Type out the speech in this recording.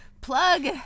plug